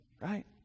right